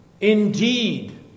indeed